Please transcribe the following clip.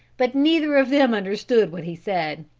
but neither of them understood what he said.